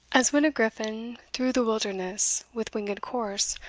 as when a gryphon through the wilderness, with winged course,